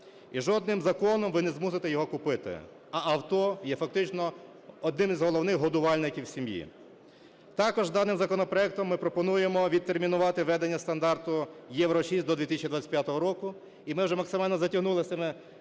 і жодним законом ви не змусите його купити, а авто є фактично одним із годувальником в сім'ї. Також даним законопроектом ми пропонуємо відтермінувати ведення стандарту "Євро-6" до 2025 року, і ми вже максимально затягнули з